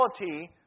reality